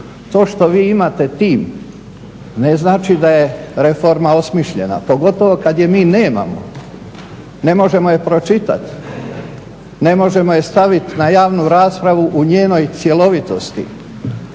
To što vi imate tim ne znači da je reforma osmišljena, pogotovo kad je mi nemamo. Ne možemo je pročitati, ne možemo je staviti na javnu raspravu u njenoj cjelovitosti.